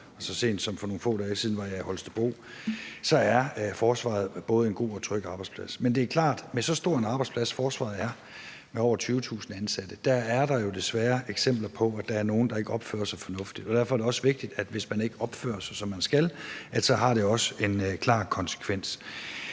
– så sent som for nogle få dage siden var jeg i Holstebro – hører man, at forsvaret er en både god og tryg arbejdsplads. Men det er klart, at med så stor en arbejdsplads, som forsvaret er med over 20.000 ansatte, er der jo desværre eksempler på, at der er nogle, der ikke opfører sig fornuftigt. Derfor er det også vigtigt, at det har en konsekvens, hvis man ikke opfører sig, som man skal. I forhold til om der er ting, der